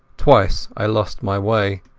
twice i lost my way,